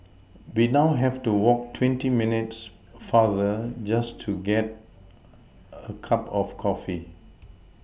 we now have to walk twenty minutes farther just to get a cup of coffee